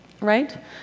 right